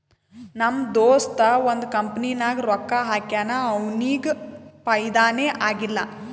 ನಮ್ ದೋಸ್ತ ಒಂದ್ ಕಂಪನಿನಾಗ್ ರೊಕ್ಕಾ ಹಾಕ್ಯಾನ್ ಅವ್ನಿಗ ಫೈದಾನೇ ಆಗಿಲ್ಲ